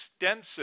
extensive